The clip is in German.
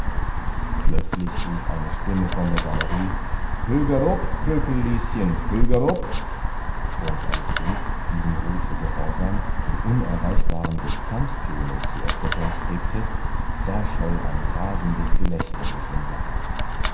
plötzlich rief eine stimme von der galerie höger up kröpel lieschen höger up und als sie diesem rufe gehorsam die unerreichbaren diskanttöne zu erklettern strebte da scholl ein rasendes gelächter durch den saal